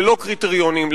ללא קריטריונים,